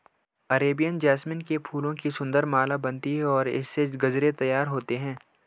Arabian jasmine के फूलों की सुंदर माला बनती है और इससे गजरे तैयार होते हैं